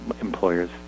employers